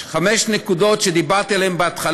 ואני אדבר רק על חמש הנקודות שדיברתי עליהן בהתחלה,